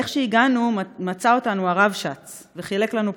איך שהגענו, מצא אותנו הרבש"ץ וחילק לנו פקודות.